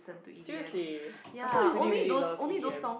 seriously I thought you really really love E_D_M